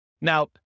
Now